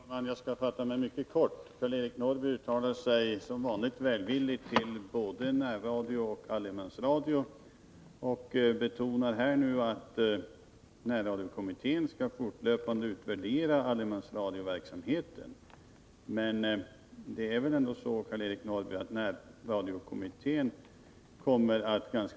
Fru talman! Jag skall fatta mig mycket kort. Karl-Eric Norrby uttalar sig som vanligt välvilligt när det gäller både närradio och allemansradio. Han betonar här att närradiokommittén fortlöpande skall utvärdera allemansradioverksamheten. Men det är väl ändå så, Karl-Eric Norrby, att närradiokommittén ganska snart kommer att upplösas.